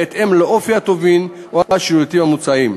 בהתאם לאופי הטובין או השירותים המוצעים.